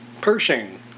Pershing